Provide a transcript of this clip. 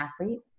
athlete